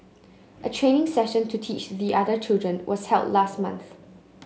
a training session to teach the other children was held last month